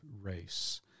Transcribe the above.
race